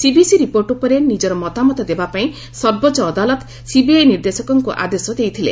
CVC report ଉପରେ ନିଜର ମତାମତ ଦେବାପାଇଁ ସର୍ବୋଚ୍ଚ ଅଦାଲତ ସିବିଆଇ ନିର୍ଦ୍ଦେଶକଙ୍କୁ ଆଦେଶ ଦେଇଥିଲେ